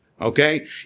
Okay